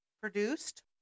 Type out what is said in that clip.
produced